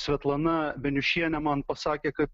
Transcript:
svetlana beniušienė man pasakė kad